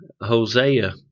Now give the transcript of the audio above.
Hosea